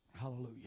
Hallelujah